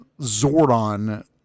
Zordon